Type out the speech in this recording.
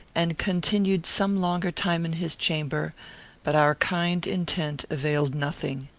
and continued some longer time in his chamber but our kind intent availed nothing.